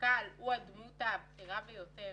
שהחשכ"ל הוא הדמות הבכירה ביותר